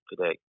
today